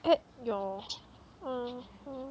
add your err